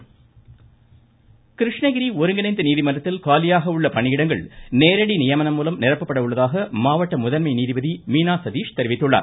இருவரி கிருஷ்ணகிரி ஒருங்கிணைந்த நீதிமன்றத்தில் காலியாக உள்ள பணியிடங்கள் நேரடி நியமனம் மூலம் நிரப்பப்பட உள்ளதாக மாவட்ட முதன்மை நீதிபதி மீனா சதீஷ் தெரிவித்துள்ளார்